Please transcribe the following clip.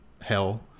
hell